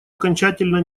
окончательно